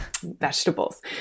vegetables